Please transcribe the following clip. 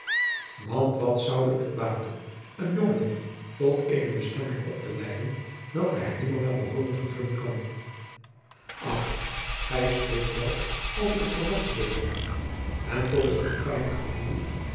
want wat zoude het baten een jongeling tot eene bestemming op te leiden welke hij nimmer naar behooren vervullen kan ach gij spreekt wel als ik het verwachtte dominé en toch is het een pijnlijk gevoel